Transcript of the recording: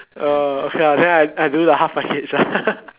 uh okay lah then I I do the half package lah